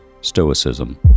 stoicism